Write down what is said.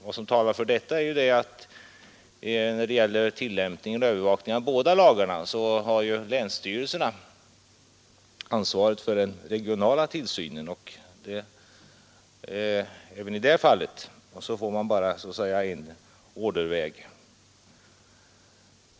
Vad som talar för detta är att länsstyrelserna har ansvaret för den regionala tillsynen och för tillämpningen av båda lagarna. Även i det fallet får man så att säga bara en orderväg.